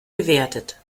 gewertet